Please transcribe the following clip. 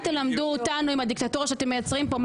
אל תלמדו אותנו עם הדיקטטורה שאתם מייצרים פה,